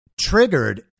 triggered